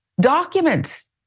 documents